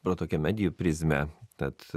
pro tokią medijų prizmę tad